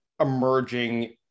emerging